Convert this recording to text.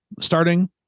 starting